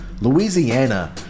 Louisiana